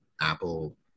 apple